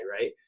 right